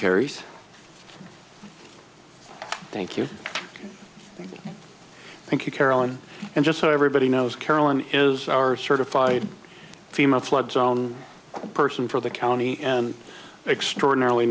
carries thank you thank you carolyn and just so everybody knows carolyn is our certified fema flood zone person for the county and extraordinarily